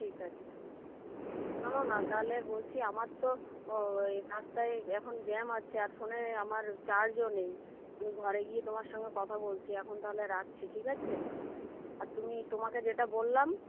ঠিক আছে শোনো না তাহলে বলছি আমার তো ওই রাস্তায় এখন জ্যাম আছে আর ফোনে আমার চার্জও নেই আমি ঘরে গিয়ে তোমার সঙ্গে কথা বলছি এখন তাহলে রাখছি ঠিক আছে আর তুমি তোমাকে যেটা বললাম